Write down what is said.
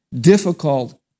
difficult